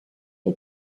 est